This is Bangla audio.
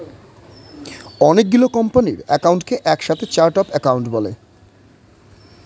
অনেকগুলো কোম্পানির একাউন্টকে এক সাথে চার্ট অফ একাউন্ট বলে